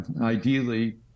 Ideally